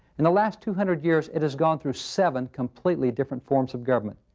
in the last two hundred years, it has gone through seven completely different forms of government.